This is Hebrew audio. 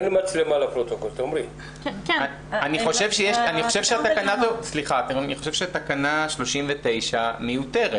אני חושב שתקנה 39 מיותרת.